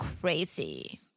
crazy